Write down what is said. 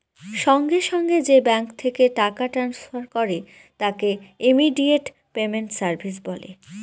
সঙ্গে সঙ্গে যে ব্যাঙ্ক থেকে টাকা ট্রান্সফার করে তাকে ইমিডিয়েট পেমেন্ট সার্ভিস বলে